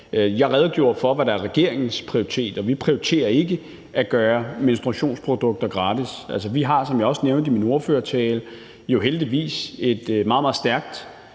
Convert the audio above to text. Jeg redegjorde for, hvad der er regeringens prioritet. Vi prioriterer ikke at gøre menstruationsprodukter gratis. Altså, vi har, som jeg også nævnte i min ordførertale, jo heldigvis et meget, meget